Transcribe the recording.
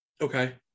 okay